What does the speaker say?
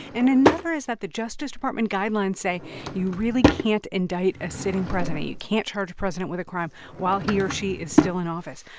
and another is that the justice department guidelines say you really can't indict a sitting president. you can't charge a president with a crime while he or she is still in office.